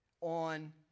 on